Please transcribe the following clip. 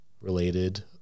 related